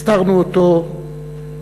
הסתרנו אותו בבושה,